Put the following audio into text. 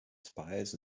spies